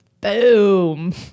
Boom